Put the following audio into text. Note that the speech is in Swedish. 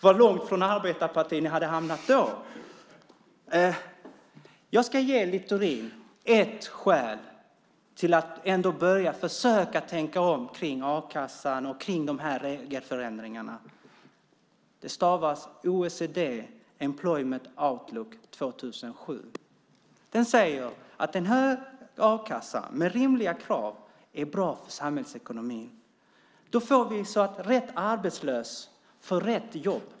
Vad långt från att vara ett arbetarparti ni hade hamnat då! Jag ska ge Littorin ett skäl till att ändå börja försöka tänka om kring a-kassan och regelförändringarna. Det stavas OECD Employment Outlook 2007 . Rapporten säger att en hög a-kassa med rimliga krav är bra för samhällsekonomin. Då kan rätt arbetslös få rätt jobb.